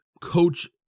coach